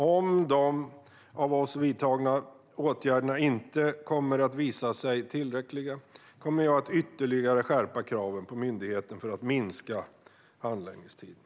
Om de inte visar sig vara tillräckliga kommer jag att ytterligare skärpa kraven på myndigheten att korta handläggningstiderna.